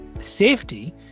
Safety